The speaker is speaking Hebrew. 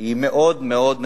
נמוכה מאוד מאוד.